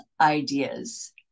ideas